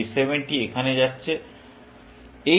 এই 70 এখানে যাচ্ছে